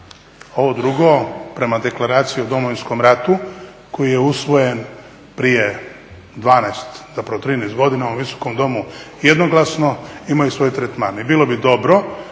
ovo drugo prema Deklaraciji o Domovinskom ratu koji je usvojena prije 12, 13 godina u ovom Visokom domu jednoglasno, imaju svoj tretman.